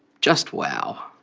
just wow!